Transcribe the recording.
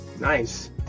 nice